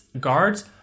guards